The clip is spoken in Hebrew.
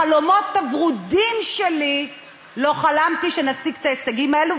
בחלומות הוורודים שלי לא חלמתי שנשיג את ההישגים האלה,